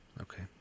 Okay